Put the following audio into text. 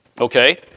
okay